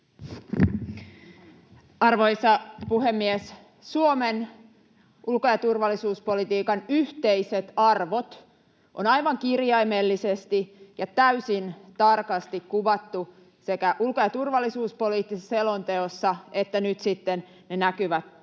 Arvoisa puhemies! Suomen ulko- ja turvallisuuspolitiikan yhteiset arvot on aivan kirjaimellisesti ja täysin tarkasti kuvattu ulko- ja turvallisuuspoliittisessa selonteossa, ja nyt sitten ne näkyvät myös